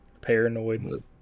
paranoid